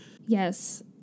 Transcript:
Yes